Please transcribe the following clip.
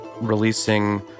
releasing